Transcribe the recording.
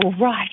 right